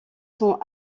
sont